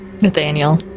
Nathaniel